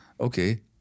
okay